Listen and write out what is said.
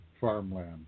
farmland